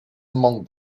among